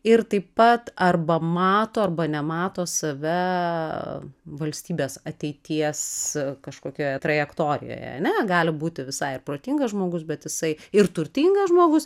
ir taip pat arba mato arba nemato save valstybės ateities kažkokioje trajektorijoje ar ne gali būti visai protingas žmogus bet jisai ir turtingas žmogus